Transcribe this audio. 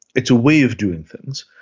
it's a way of doing things,